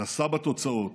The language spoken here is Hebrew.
נשא בתוצאות.